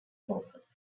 focus